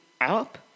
up